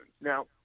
Now